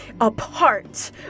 apart